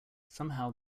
somehow